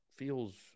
feels